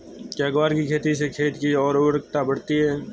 क्या ग्वार की खेती से खेत की ओर उर्वरकता बढ़ती है?